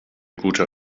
gute